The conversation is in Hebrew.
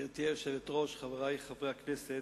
גברתי היושבת-ראש, חברי חברי הכנסת,